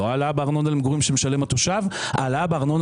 לא העלאה בארנונה למגורים שמשלם התושב אלא העלאה בארנונה